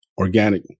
organic